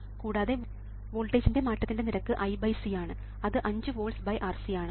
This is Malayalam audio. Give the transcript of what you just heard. കൂടാതെ വോൾട്ടേജിൻറെ മാറ്റത്തിന്റെ നിരക്ക് IC ആണ് അത് 5 വോൾട്സ് RC ആണ്